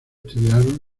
estudiaron